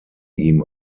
ihm